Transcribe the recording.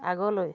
আগলৈ